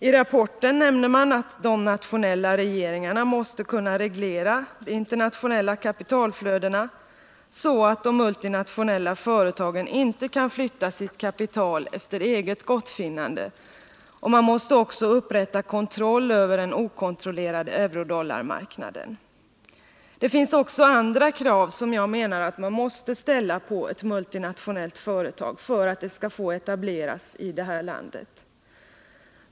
TCO-rapporten nämner att de nationella regeringarna måste kunna reglera de internationella kapitalflödena så att de multinationella företagen inte kan flytta sitt kapital efter eget gottfinnande, och att man också måste upprätta kontroll över den okontrollerade eurodollarmarknaden. Det finna även andra krav som jag menar att man måste ställa på ett multinationellt företag för att det skall få etableras i det här landet.